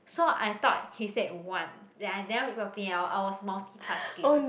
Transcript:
so I thought he said one then I never read properly i wa~ I was multitasking